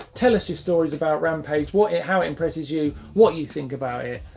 tell us your stories about rampage. what it, how it impresses you? what you think about it?